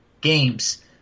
games